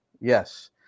Yes